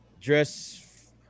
dress –